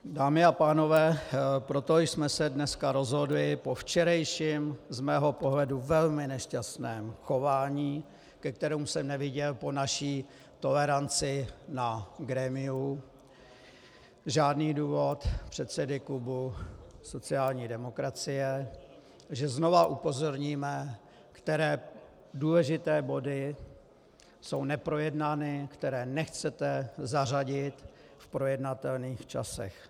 Dámy a pánové, proto jsme se dneska rozhodli po včerejším z mého pohledu velmi nešťastném chování, ke kterému jsem neviděl po naší toleranci na grémiu žádný důvod předsedy klubu sociální demokracie, že znovu upozorníme, které důležité body jsou neprojednány, které nechcete zařadit v projednatelných časech.